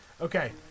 Okay